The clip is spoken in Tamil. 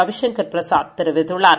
ரவிசங்கர்பிரசாத்தெரிவித்துள்ளார்